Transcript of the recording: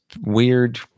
weird